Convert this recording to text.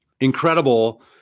Incredible